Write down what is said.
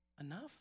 enough